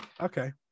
Okay